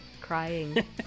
crying